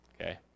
Okay